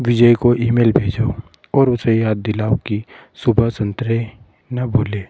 बिजय को ईमेल भेजो और उसे याद दिलाओ कि सुबह संतरे न भूले